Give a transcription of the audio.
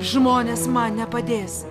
žmonės man nepadės